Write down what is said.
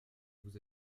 vous